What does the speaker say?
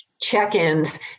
check-ins